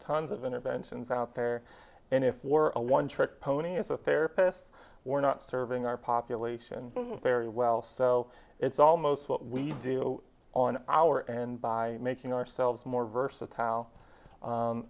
tons of interventions out there and if we're a one trick pony as a therapist we're not serving our population very well so it's almost what we do on our end by making ourselves more versatile